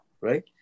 right